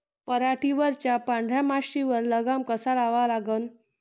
पराटीवरच्या पांढऱ्या माशीवर लगाम कसा लावा लागन?